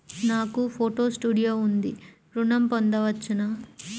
నాకు photo studio ఉంది ఋణం పొంద వచ్చునా?